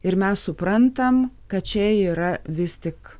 ir mes suprantam kad čia yra vis tik